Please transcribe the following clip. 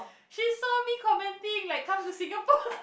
she saw me commenting like come to Singapore